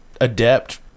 adept